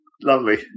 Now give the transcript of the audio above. Lovely